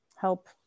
help